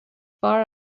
far